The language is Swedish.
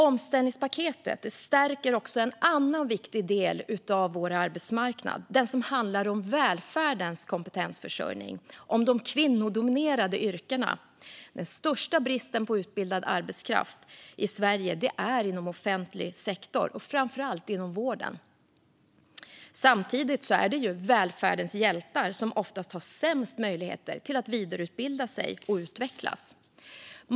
Omställningspaketet stärker också en annan viktig del av vår arbetsmarknad, nämligen den som handlar om välfärdens kompetensförsörjning och om de kvinnodominerade yrkena. Den största bristen på utbildad arbetskraft i Sverige finns inom offentlig sektor och framför allt inom vården. Samtidigt är det ju oftast välfärdens hjältar som har sämst möjligheter att vidareutbilda sig och utvecklas.